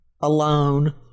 alone